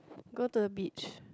go to a beach